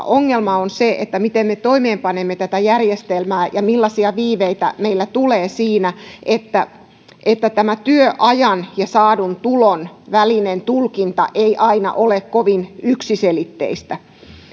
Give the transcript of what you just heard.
ongelma on se miten me toimeenpanemme tätä järjestelmää ja millaisia viiveitä meillä tulee siinä että että työajan ja saadun tulon välinen tulkinta ei aina ole kovin yksiselitteinen